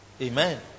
Amen